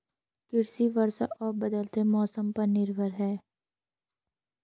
कृषि वर्षा और बदलते मौसम पर निर्भर है